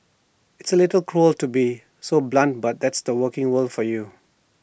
it's A little cruel to be so blunt but that's the working world for you